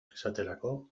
esaterako